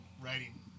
writing